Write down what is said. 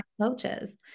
coaches